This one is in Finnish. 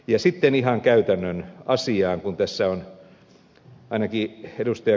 ja sitten ihan käytännön asiaan ainakin ed